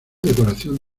decoración